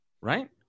right